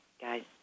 guys